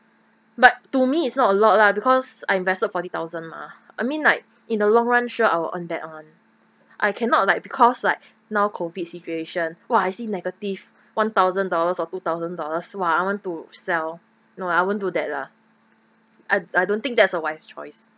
but to me it's not a lot lah because I invested forty thousand mah I mean like in the long run sure I'll earn that [one] I cannot like because like now COVID situation !wah! I see negative one thousand dollars or two thousand dollars !wah! I want to sell no I won't do that lah I I don't think that's a wise choice